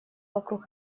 вокруг